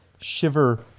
shiver